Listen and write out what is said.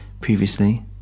previously